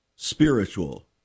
Spiritual